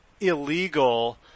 illegal